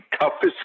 toughest